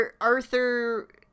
Arthur